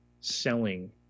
selling